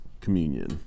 communion